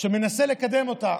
אני מנסה לקדם אותה.